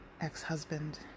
ex-husband